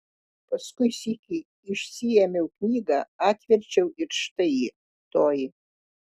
paskui sykį išsiėmiau knygą atverčiau ir štai ji toji